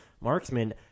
marksman